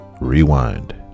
rewind